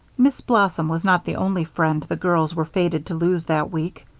miss blossom was not the only friend the girls were fated to lose that week.